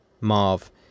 marv